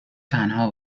تنها